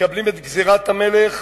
מקבלים את גזירת המלך,